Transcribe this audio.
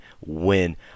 win